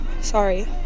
Sorry